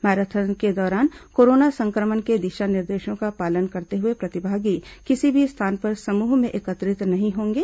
marathon के दौरान corona संक्रमण के दिशा निर्देशों का पालन करते हुए प्रतिभागी किसी भी स्थान पर समूह में एकत्रित नहीं होंगे